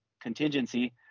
contingency